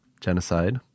genocide